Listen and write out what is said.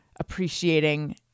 appreciating